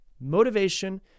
Motivation